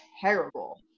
terrible